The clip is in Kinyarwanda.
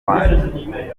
wanyu